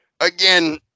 again